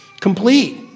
complete